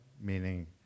Meaning